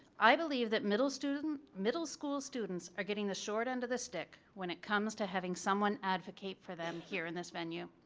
i believe that middle students middle school students are getting the short end of the stick when it comes to having someone advocate for them here in this venue.